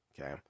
Okay